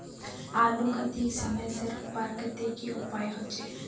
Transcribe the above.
आलूक अधिक समय से रखवार केते की उपाय होचे?